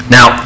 Now